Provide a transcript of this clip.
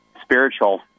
spiritual